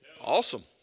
Awesome